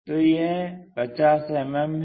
तो यह 50 मिमी है